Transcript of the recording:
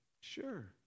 Sure